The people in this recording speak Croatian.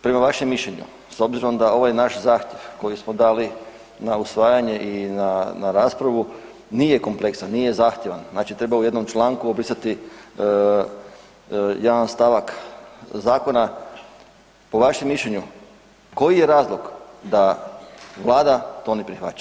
Prema vašem mišljenju s obzirom da ovaj naš zahtjev koji smo dali na usvajanje i na raspravu nije kompleksan, nije zahtjevan, znači treba u jednom članku obrisati jedan stavak zakona, po vašem mišljenju koji je razlog da Vlada to ne prihvaća.